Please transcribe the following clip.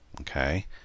Okay